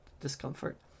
discomfort